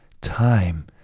time